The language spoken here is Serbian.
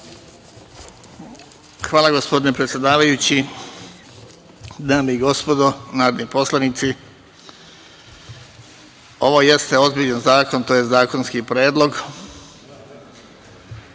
Hvala, gospodine predsedavajući. Dame i gospodo narodni poslanici, ovo jeste ozbiljan zakon tj. zakonski predlog